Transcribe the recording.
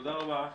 תודה רבה.